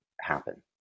happen